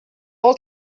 all